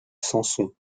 sanson